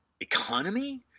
economy